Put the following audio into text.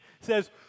says